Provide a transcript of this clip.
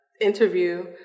interview